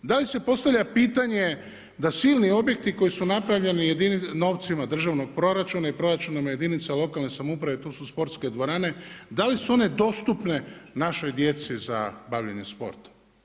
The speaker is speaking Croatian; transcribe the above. Da li se postavlja pitanje da silni objekti koji su napravljeni novcima državnog proračuna i proračuna jedinica lokalne samouprave to su sportske dvorane da li su one dostupne našoj djeci za bavljenje sportom.